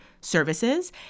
services